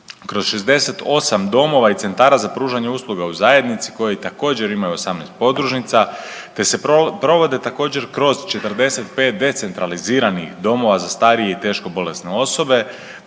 kroz 68 domova i centara za pružanje usluga u zajednici koji također imaju 18 podružnica te provode također kroz 45 decentraliziranih domova za starije i teško bolesne osobe,